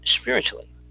spiritually